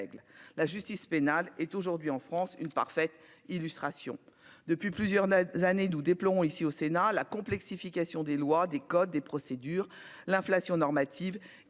la justice pénale est aujourd'hui en France une parfaite illustration depuis plusieurs années, nous déplorons ici au Sénat la complexification des lois des codes et procédures l'inflation normative